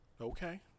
Okay